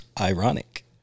ironic